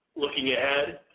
looking ahead,